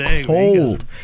cold